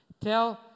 Tell